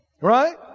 right